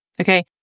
Okay